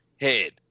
head